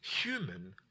human